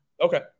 Okay